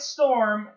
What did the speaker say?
Storm